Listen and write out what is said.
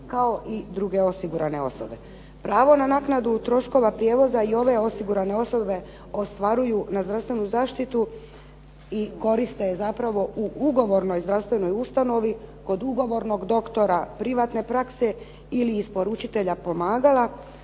kao i druge osigurane osobe. Pravo na naknadu troškova prijevoza i ove osigurane osobe ostvaruju na zdravstvenu zaštitu i koriste je zapravo u ugovornoj zdravstvenoj ustanovi kod ugovornog doktora privatne prakse ili isporučitelja pomagala